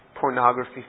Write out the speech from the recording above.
pornography